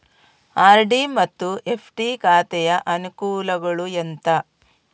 RD ಮತ್ತು FD ಖಾತೆಯ ಅನುಕೂಲಗಳು ಎಂತ?